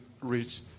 reach